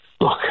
Look